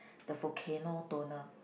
the volcano toner